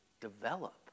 develop